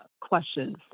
questions